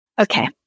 Okay